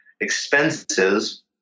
expenses